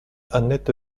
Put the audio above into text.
annette